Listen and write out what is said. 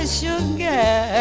sugar